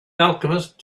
alchemist